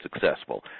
successful